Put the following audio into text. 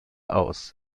aus